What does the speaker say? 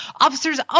Officers